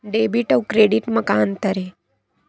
Debit अउ credit म का अंतर हे?